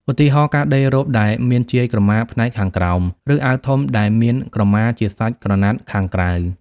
ឧទាហរណ៍ ការដេររ៉ូបដែលមានជាយក្រមាផ្នែកខាងក្រោម ឬអាវធំដែលមានក្រមាជាសាច់ក្រណាត់ខាងក្រៅ។